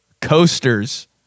Coasters